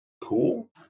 cool